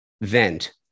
vent